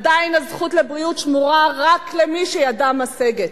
עדיין הזכות לבריאות שמורה רק למי שידם משגת,